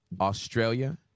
Australia